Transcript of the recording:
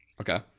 Okay